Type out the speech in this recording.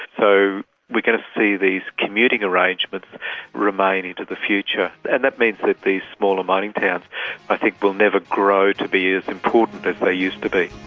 so we're going to see these commuting arrangements remain into the future. and that means that these smaller mining towns i will never grow to be as important as they used to be.